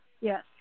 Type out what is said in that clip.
Yes